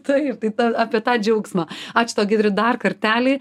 taip tai ta apie tą džiaugsmą ačiū tau giedre dar kartelį